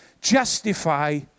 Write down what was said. justify